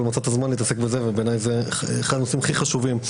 אבל מצאת זמן להתעסק בזה ובעיני זה אחד הנושאים הכי חשובים.